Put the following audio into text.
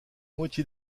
moitié